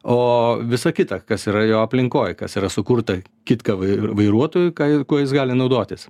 o visa kita kas yra jo aplinkoj kas yra sukurta kitka vai vairuotojui ką ji kuo jis gali naudotis